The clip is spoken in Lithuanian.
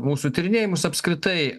mūsų tyrinėjimus apskritai